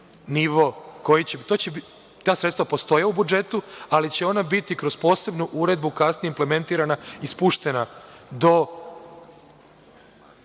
nivo. Ta sredstva postoje u budžetu, ali će ona biti kroz posebnu uredbu kasnije implementirana i spuštena do